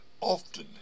often